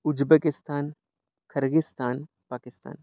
Uzbekistan Kyrgyzstan Pakistan